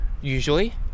Usually